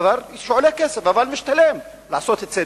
הוא דבר שעולה כסף, אבל משתלם לעשות צדק.